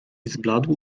zbladł